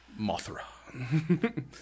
Mothra